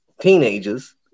teenagers